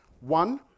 One